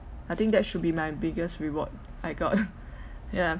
I think that should be my biggest reward I got yeah